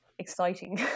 exciting